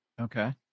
Okay